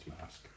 mask